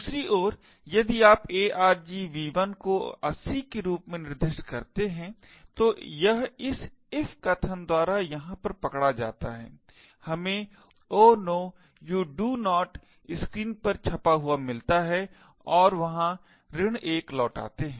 दूसरी ओर यदि आप argv1 को 80 के रूप में निर्दिष्ट करते हैं तो यह इस if कथन द्वारा यहाँ पर पकड़ा जाता है हमें 'Oh no you do not' screen पर छपा हुआ मिलता हैं और वहां 1 लौटाते है